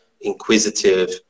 inquisitive